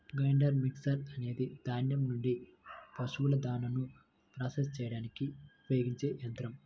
grinder mixer అనేది ధాన్యం నుండి పశువుల దాణాను ప్రాసెస్ చేయడానికి ఉపయోగించే యంత్రం